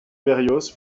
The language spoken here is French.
berrios